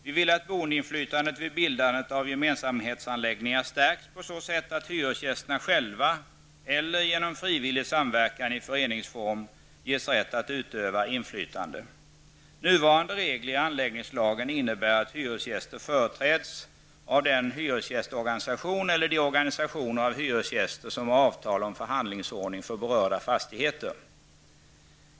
Vi vill att boendeinflytandet vid bildandet av gemensamhetsanläggningar stärks på så sätt att hyresgästerna själva eller genom frivillig samverkan i föreningsform ges rätt att utöva inflytande. Nuvarande regler i anläggningslagen innebär att hyresgäster företräds av den hyresgästorganisation eller de organisationer av hyresgäster som har avtal om förhandlingsordning för berörda fastigheter.